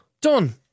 Done